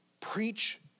Preach